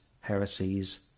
heresies